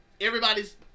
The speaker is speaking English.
everybody's